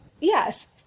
Yes